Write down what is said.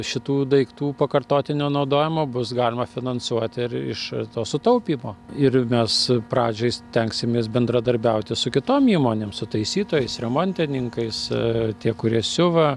šitų daiktų pakartotinio naudojimo bus galima finansuoti ir iš to sutaupymo ir mes pradžiai stengsimės bendradarbiauti su kitom įmonėm su taisytojais remontininkais tie kurie siuva